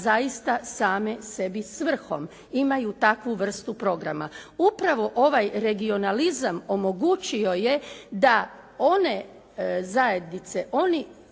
zaista same sebi svrhom, imaju takvu vrstu programa. Upravo ovaj regionalizam omogućio je da one zajednice, oni